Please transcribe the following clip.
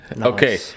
Okay